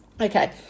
Okay